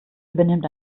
übernimmt